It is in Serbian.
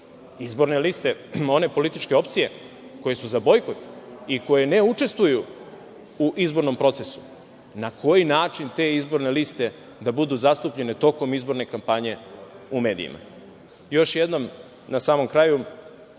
izborne liste onih političkih opcija koje su za bojkot i koje ne učestvuju u izbornom procesu, na koji način te izborne liste da budu zastupljene tokom izborne kampanje u medijima? Još jednom, na samom kraju,